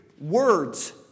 words